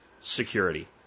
security